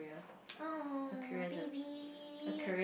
oh baby